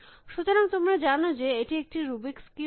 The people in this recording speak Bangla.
সুতরাং তোমরা জানো যে এটি একটি রুবিক্স কিউব